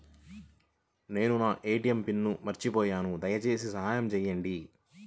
నేను నా ATM pin మర్చిపోయాను దయచేసి సహాయం చేయండి